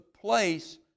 place